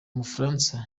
mufaransa